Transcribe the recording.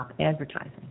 advertising